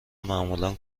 معمولا